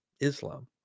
Islam